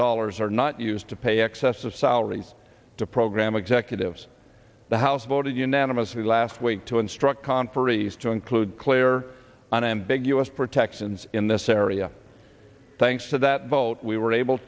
dollars are not used to pay excess of salaries to program executives the house voted unanimously last week to instruct conferees to include clear unambiguous protections in this area thanks to that vote we were able